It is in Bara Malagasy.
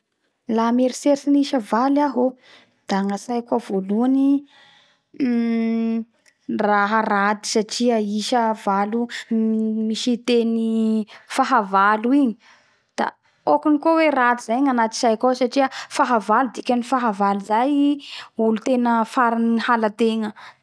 La mieritseritsy gnisa dimy iaho o da midika ho chance fahombiaza ny isa dimy agnamiko da gnatsaiko ao lafa to lafa mahita isa dimy iaho da ny fahaterahako taminy Cinq juin